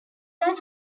than